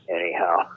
anyhow